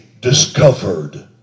discovered